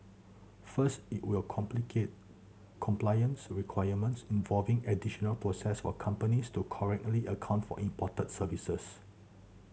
first it will complicate compliance requirements involving additional process for companies to correctly account for imported services